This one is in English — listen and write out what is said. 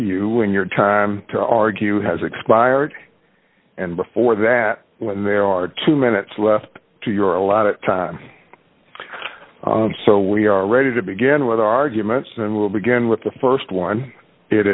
when your time to argue has expired and before that when there are two minutes left to your a lot of time so we are ready to begin with arguments and we will begin with the st one it